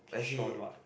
shown what